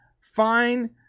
fine